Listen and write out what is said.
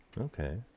Okay